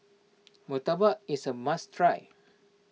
Murtabak is a must try